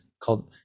called